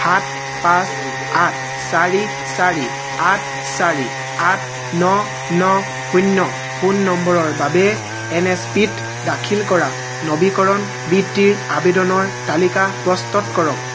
সাত পাঁচ আঠ চাৰি চাৰি আঠ চাৰি আঠ ন ন শূন্য ফোন নম্বৰৰ বাবে এন এছ পিত দাখিল কৰা নৱীকৰণ বৃত্তিৰ আৱেদনৰ তালিকা প্ৰস্তুত কৰক